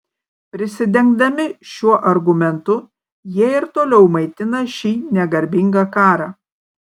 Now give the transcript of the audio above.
prisidengdami šiuo argumentu jie ir toliau maitina šį negarbingą karą